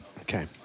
Okay